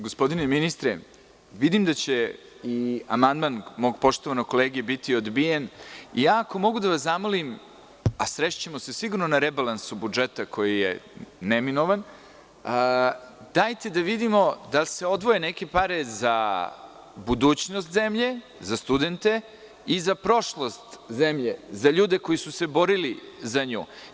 Gospodine ministre, vidim da će i amandman mog poštovanog kolege biti odbijen i ako mogu da vas zamolim, a srešćemo se sigurno na rebalansu budžeta koji je neminovan, da vidimo da se odvoje neke pare za budućnost zemlje, za studente i za prošlost zemlje, za ljude koji su se borili za nju.